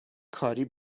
کاری